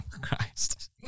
Christ